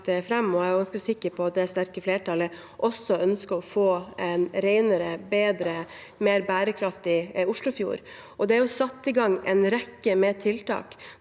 og jeg er ganske sikker på at det sterke flertallet også ønsker å få en renere, bedre og mer bærekraftig Oslofjord. Det er satt i gang en rekke tiltak